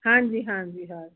ਹਾਂਜੀ ਹਾਂਜੀ ਹਾਂਜੀ